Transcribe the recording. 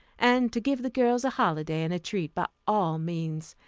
and to give the girls a holiday and a treat, by all means.